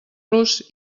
los